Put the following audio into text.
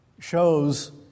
Shows